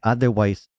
Otherwise